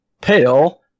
Pale